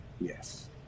yes